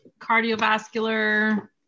cardiovascular